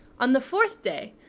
on the fourth day,